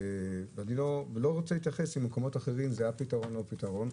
אני לא רוצה להתייחס לשאלה אם זה הפתרון או לא הפתרון.